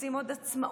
מחפשים עוד עצמאות,